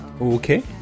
Okay